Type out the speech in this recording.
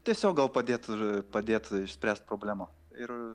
tiesiog gal padėt ir padėt išspręst problemą ir